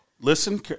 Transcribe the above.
listen